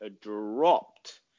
dropped